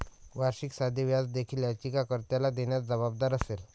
वार्षिक साधे व्याज देखील याचिका कर्त्याला देण्यास जबाबदार असेल